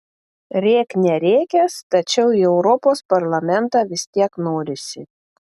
rėk nerėkęs tačiau į europos parlamentą vis tiek norisi